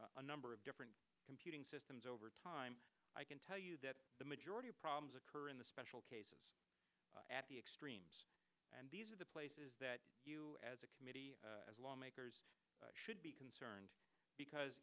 number of different computing systems over time i can tell you that the majority of problems occur in the special cases at the extremes and these are the places that you as a committee as lawmakers should be concerned because